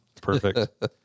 Perfect